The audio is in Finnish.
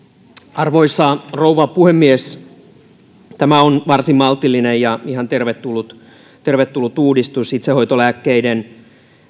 arvoisa rouva puhemies tämä on varsin maltillinen ja ihan tervetullut tervetullut uudistus itsehoitolääkkeiden